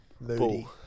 Moody